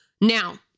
Now